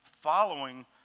following